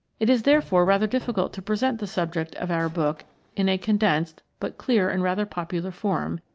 it is therefore rather difficult to present the subject of our book in a condensed but clear and rather popular form,